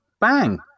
bang